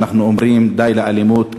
ואנחנו אומרים: די לאלימות,